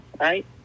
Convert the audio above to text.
right